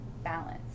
Balance